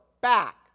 back